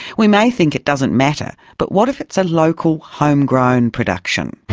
we may think it doesn't matter, but what if it's a local home-grown production?